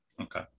Okay